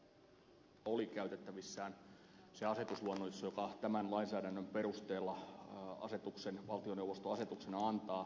rauhalan puheenvuoroon liittyen haluan todeta että valiokunnalla oli käytettävissään se asetusluonnos jonka tämän lainsäädännön perusteella valtioneuvosto asetuksena antaa